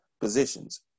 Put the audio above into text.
positions